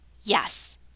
Yes